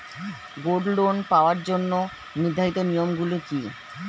Gold loan পাওয়ার জন্য নির্ধারিত নিয়ম গুলি কি?